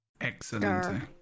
Excellent